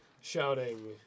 shouting